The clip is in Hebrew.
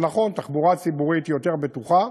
זה נכון, תחבורה ציבורית יותר בטוחה,